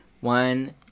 One